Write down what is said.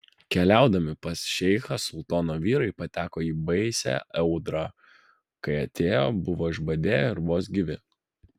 keliaudami pas šeichą sultono vyrai pateko į baisią audrą kai atėjo buvo išbadėję ir vos gyvi